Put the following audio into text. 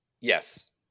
Yes